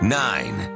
nine